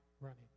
Running